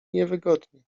niewygodnie